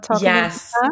Yes